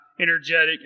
energetic